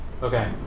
Okay